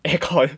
aircon